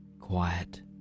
quiet